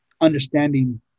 understanding